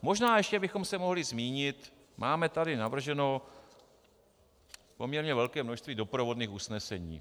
Možná ještě bychom se mohli zmínit, máme tady navrženo poměrně velké množství doprovodných usnesení.